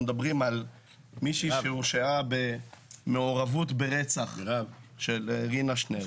אנחנו מדברים על מישהי שהורשעה במעורבות ברצח של רנה שנרב.